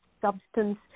substance